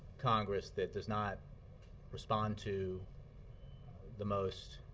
congress that does not respond to the most